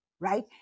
right